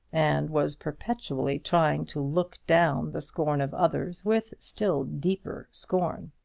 and was perpetually trying to look-down the scorn of others with still deeper scorn.